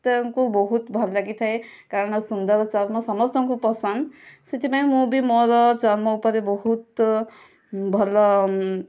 ସମସ୍ତଙ୍କୁ ବହୁତ ଭଲ ଲାଗିଥାଏ କାରଣ ସୁନ୍ଦର ଚର୍ମ ସମସ୍ତଙ୍କୁ ପସନ୍ଦ ସେଥିପାଇଁ ମୁଁ ବି ମୋର ଚର୍ମ ଉପରେ ବହୁତ ଭଲ